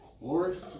Lord